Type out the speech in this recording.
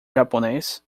japonês